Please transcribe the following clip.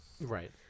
Right